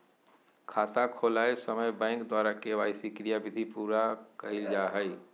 खाता खोलय समय बैंक द्वारा के.वाई.सी क्रियाविधि पूरा कइल जा हइ